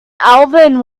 alvin